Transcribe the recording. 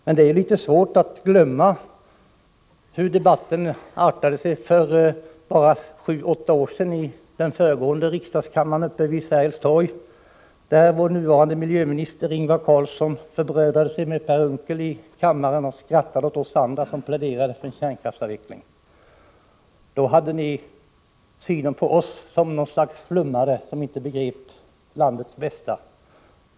Men det är litet svårt att glömma hur debatten artade sig för bara sju åtta år sedan i den föregående kammaren vid Sergels torg, där vår nuvarande miljöminister Ingvar Carlsson förbrödrade sig med Per Unckel och skrattade åt oss andra som pläderade för kärnkraftsavveckling. Då ansåg ni att vi var flummare som inte begrep landets bästa.